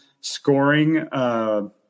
scoring